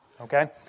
okay